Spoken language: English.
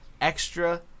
extra